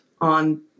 on